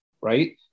right